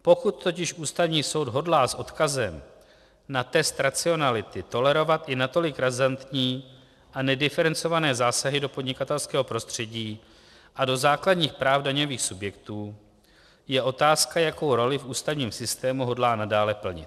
Pokud totiž Ústavní soud hodlá s odkazem na test racionality tolerovat i natolik razantní a nediferencované zásahy do podnikatelského prostředí a do základních práv daňových subjektů, je otázka, jakou roli v ústavním systému hodlá nadále plnit.